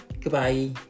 Goodbye